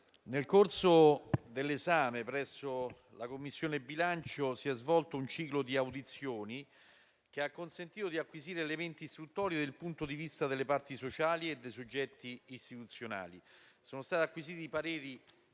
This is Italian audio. nel corso dell'esame presso la Commissione bilancio si è svolto un ciclo di audizioni che ha consentito di acquisire elementi istruttori sul punto di vista delle parti sociali e dei soggetti istituzionali. Sono stati acquisiti i pareri